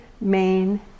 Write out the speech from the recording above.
main